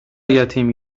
یتیم